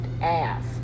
ass